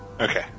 Okay